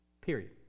Period